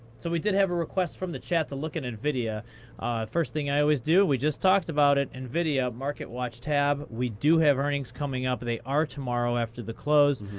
so we did have a request from the chat to look at nvidia. the first thing i always do, we just talked about it, nvidia market watch tab. we do have earnings coming up. they are tomorrow after the close.